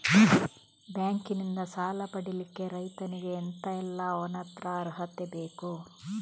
Bank ನಿಂದ ಸಾಲ ಪಡಿಲಿಕ್ಕೆ ರೈತನಿಗೆ ಎಂತ ಎಲ್ಲಾ ಅವನತ್ರ ಅರ್ಹತೆ ಬೇಕು?